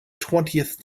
twentieth